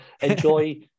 enjoy